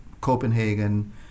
Copenhagen